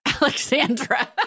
Alexandra